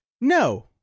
No